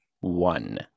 one